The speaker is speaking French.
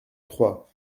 trois